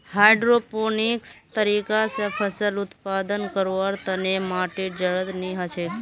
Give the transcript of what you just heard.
हाइड्रोपोनिक्सेर तरीका स फसल उत्पादन करवार तने माटीर जरुरत नी हछेक